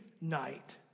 night